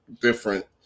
different